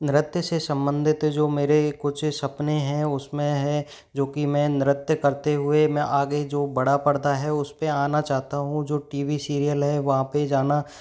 नृत्य से संबंधित जो मेरे कुछ सपने हैं उस में है जो कि मैं नृत्य करते हुए मैं आगे जो बड़ा पड़ता है उसे पर आना चाहता हूँ जो टी वी सीरियल है वहाँ पर जाना